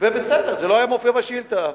זה בסדר, זה לא הופיע בשאילתא.